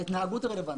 ההתנהגות היא רלוונטית.